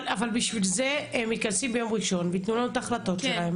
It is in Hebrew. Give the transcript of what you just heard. בשביל זה הם מתכנסים ביום ראשון וייתנו לנו את ההחלטות שלהם,